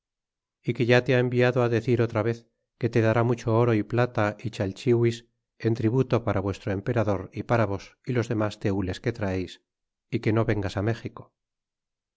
y que ya te ha enviado á decir otra vez que te dará mucho oro y plata y chalchihuis en tributo para vuestro emperador y para vos y los demas tenles que traeis y que no vengas á méxico